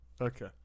Okay